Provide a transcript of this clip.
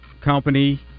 company